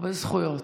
הרבה זכויות.